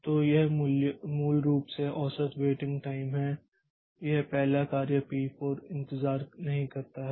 तो यह मूल रूप से औसत वेटिंग टाइम है यह पहला कार्य पी4 इंतजार नहीं करता है